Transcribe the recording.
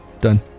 Done